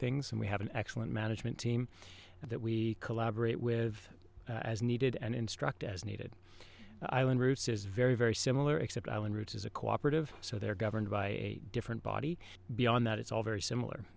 things and we have an excellent management team that we collaborate with as needed and instruct as needed island routes is very very similar except island routes is a cooperative so they're governed by a different body beyond that it's all very similar